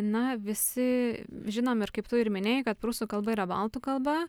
na visi žinom ir kaip tu ir minėjai kad prūsų kalba yra baltų kalba